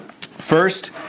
First